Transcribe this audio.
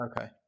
Okay